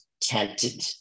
tented